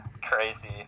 crazy